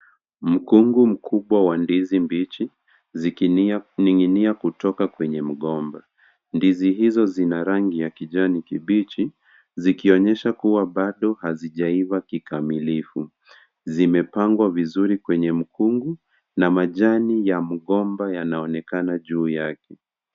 Mkungu mkubwa wa ndizi mbichi zikining'inia kutoka kwenye mgomba. Ndizi hizo zina rangi ya kijani kibichi zikionyesha kuwa bado hazijaiva kikamilifu. Zimepangwa vizuri kwenye mkungu na majani ya mgomba yanaonekana juu yake.